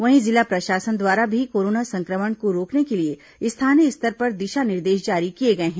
वहीं जिला प्रशासन द्वारा भी कोरोना संक्रमण को रोकने के लिए स्थानीय स्तर पर दिशा निर्देश जारी किए गए हैं